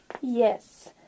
Yes